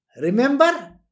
Remember